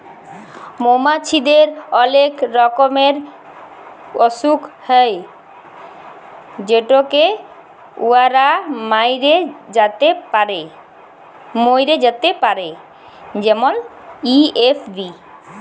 মমাছিদের অলেক রকমের অসুখ হ্যয় যেটতে উয়ারা ম্যইরে যাতে পারে যেমল এ.এফ.বি